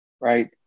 right